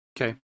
Okay